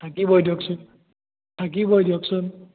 থাকিবই দিয়কচোন থাকিবই দিয়কচোন